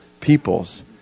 peoples